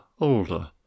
older